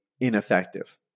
ineffective